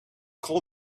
call